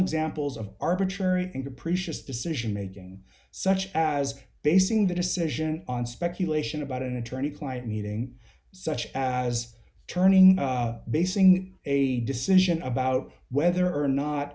examples of arbitrary and capricious decision making such as basing the decision on speculation about an attorney client meeting such as turning basing a decision about whether or not